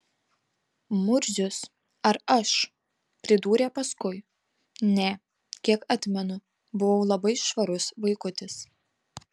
murzius ar aš pridūrė paskui ne kiek atmenu buvau labai švarus vaikutis